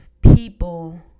people